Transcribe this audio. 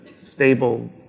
stable